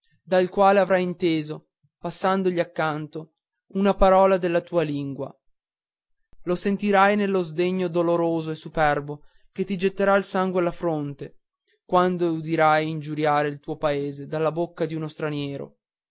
dal quale avrai inteso passandogli accanto una parola della tua lingua lo sentirai nello sdegno doloroso e superbo che ti getterà il sangue alla fronte quando udrai ingiuriare il tuo paese dalla bocca d'uno straniero